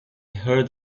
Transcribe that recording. heard